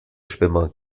schwimmer